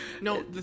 No